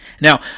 Now